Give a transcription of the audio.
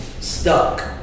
stuck